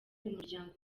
umuryango